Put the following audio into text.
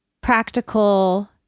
practical